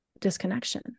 disconnection